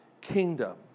kingdom